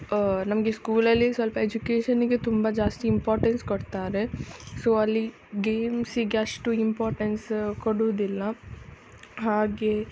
ನಮಗೆ ಸ್ಕೂಲಲ್ಲಿ ಸ್ವಲ್ಪ ಎಜುಕೇಷನ್ಗೆ ತುಂಬ ಜಾಸ್ತಿ ಇಂಪಾಟೆನ್ಸ್ ಕೊಡ್ತಾರೆ ಸೊ ಅಲ್ಲಿ ಗೇಮ್ಸಿಗೆ ಅಷ್ಟು ಇಂಪಾಟೆನ್ಸ್ ಕೊಡೋದಿಲ್ಲ ಹಾಗೆ